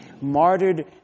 martyred